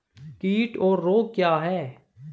कीट और रोग क्या हैं?